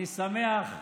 אני שמח,